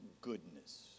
goodness